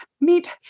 Meet